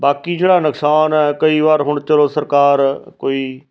ਬਾਕੀ ਜਿਹੜਾ ਨੁਕਸਾਨ ਹੈ ਕਈ ਵਾਰ ਹੁਣ ਚਲੋ ਸਰਕਾਰ ਕੋਈ